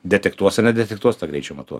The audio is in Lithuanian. detektuos ar nedetektuos tą greičio matuo